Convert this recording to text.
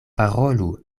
parolu